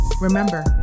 remember